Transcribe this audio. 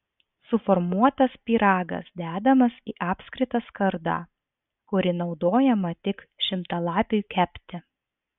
suformuotas pyragas dedamas į apskritą skardą kuri naudojama tik šimtalapiui kepti